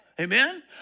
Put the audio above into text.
Amen